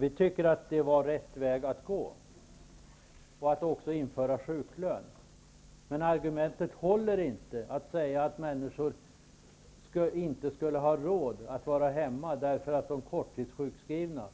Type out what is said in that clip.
Vi tycker att det var rätt väg att gå, också att införa sjuklön. Argumentet håller inte, dvs. att människor inte skulle ha råd att vara hemma därför att de korttidssjukskrivna